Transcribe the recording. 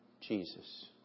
Jesus